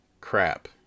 Crap